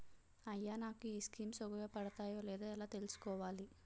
అయ్యా నాకు ఈ స్కీమ్స్ ఉపయోగ పడతయో లేదో ఎలా తులుసుకోవాలి?